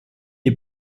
est